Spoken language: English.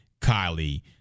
Kylie